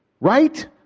Right